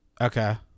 Okay